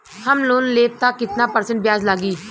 हम लोन लेब त कितना परसेंट ब्याज लागी?